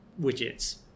widgets